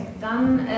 dann